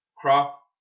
crop